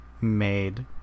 made